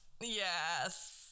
Yes